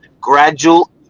gradual